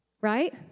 Right